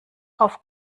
auf